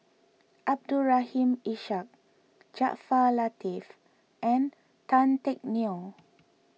Abdul Rahim Ishak Jaafar Latiff and Tan Teck Neo